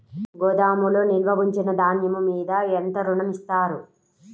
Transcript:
గోదాములో నిల్వ ఉంచిన ధాన్యము మీద ఎంత ఋణం ఇస్తారు?